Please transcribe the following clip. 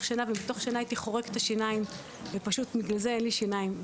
שינה ומתוך שינה הייתי חורק השיניים ובגלל זה אין לי שיניים.